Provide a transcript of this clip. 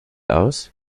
aus